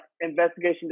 Investigation